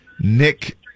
Nick